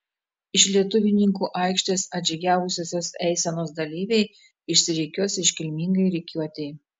iš lietuvininkų aikštės atžygiavusios eisenos dalyviai išsirikiuos iškilmingai rikiuotei